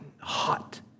hot